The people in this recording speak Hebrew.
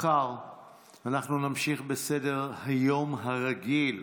מחר אנחנו נמשיך בסדר-היום הרגיל: